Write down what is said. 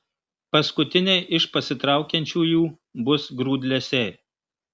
paskutiniai iš pasitraukiančiųjų bus grūdlesiai